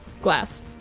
glass